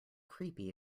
creepy